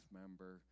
member